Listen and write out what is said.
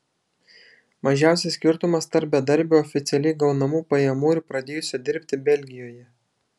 mažiausias skirtumas tarp bedarbio oficialiai gaunamų pajamų ir pradėjusio dirbti belgijoje